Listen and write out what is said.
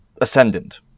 ascendant